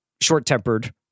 short-tempered